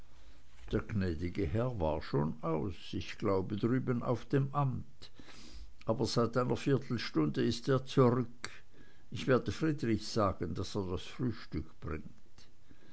der gnäd'ge herr war schon aus ich glaube drüben auf dem amt aber seit einer viertelstunde ist er zurück ich werde friedrich sagen daß er das frühstück bringt